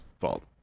fault